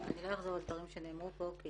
אני לא אחזור על דברים שנאמרו פה.